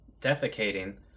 defecating